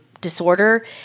disorder